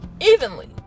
evenly